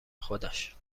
خودش